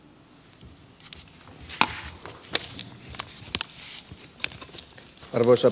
arvoisa puhemies